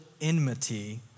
enmity